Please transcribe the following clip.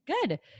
Good